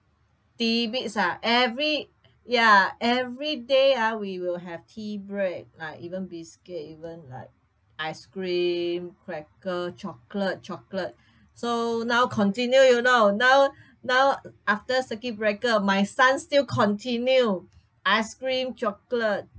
tidbits ah every ya every day ah we will have tea break like even biscuit even like ice cream cracker chocolate chocolate so now continue you know now now after circuit breaker my son still continue ice cream chocolate